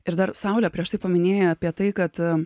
ir dar saulė prieš tai paminėjai apie tai kad